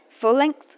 full-length